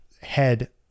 head